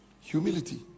humility